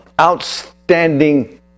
outstanding